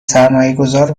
سرمایهگذار